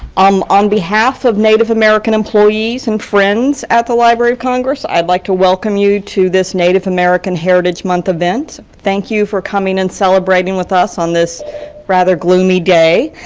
um on behalf of native american employees and friends at the library of congress, i'd like to welcome you to this native american heritage month event. thank you for coming and celebrating with us on this rather gloomy day.